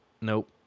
Nope